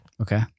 Okay